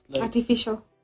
artificial